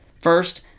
First